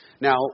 Now